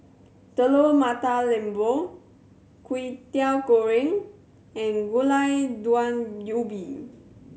Telur Mata Lembu Kwetiau Goreng and Gulai Daun Ubi